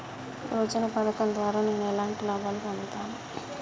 యోజన పథకం ద్వారా నేను ఎలాంటి లాభాలు పొందుతాను?